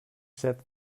said